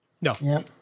no